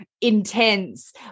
intense